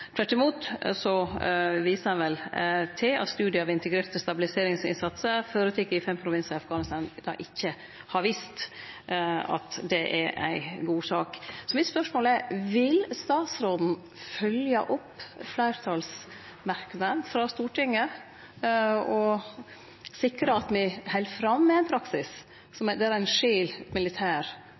Tvert imot viser ein til at studiar av integrerte stabiliseringsinnsatsar som er gjorde i fem provinsar i Afghanistan, ikkje har vist at det er ei god sak. Mitt spørsmål er: Vil statsråden følgje opp fleirtalsmerknaden frå Stortinget og sikre at me held fram med ein praksis der ein skil militær